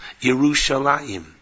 Yerushalayim